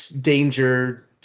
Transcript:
danger